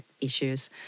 issues